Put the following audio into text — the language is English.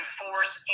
force